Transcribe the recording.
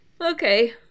Okay